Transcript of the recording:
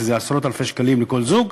שזה עשרות-אלפי שקלים לכל זוג,